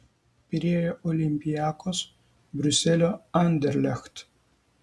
pirėjo olympiakos briuselio anderlecht